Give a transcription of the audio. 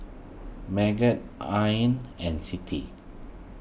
Megat Ain and Siti